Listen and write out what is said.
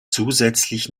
zusätzlich